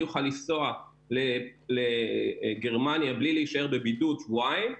אוכל לנסוע לגרמניה בלי לשהות בבידוד שבועיים,